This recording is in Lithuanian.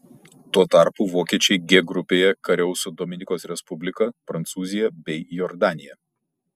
tuo tarpu vokiečiai g grupėje kariaus su dominikos respublika prancūzija bei jordanija